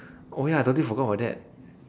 oh ya I totally forget about that